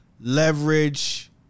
leverage